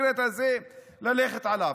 אבל לפחות, הדבר הקונקרטי הזה, ללכת עליו.